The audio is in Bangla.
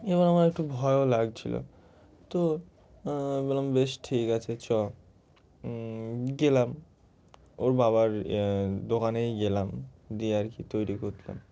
এবার আমার একটু ভয়ও লাগছিল তো আমি বললাম বেশ ঠিক আছে চল গেলাম ওর বাবার দোকানেই গেলাম দিয়ে আর কি তৈরি করতাম